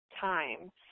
time